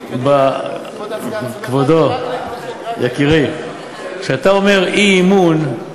כבודו, יקירי, כשאתה אומר אי-אמון,